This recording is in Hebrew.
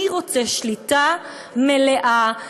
אני רוצה שליטה מלאה,